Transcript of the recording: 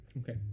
Okay